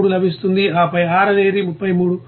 33 లభిస్తుంది ఆపై R అనేది 33